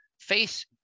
face